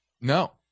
no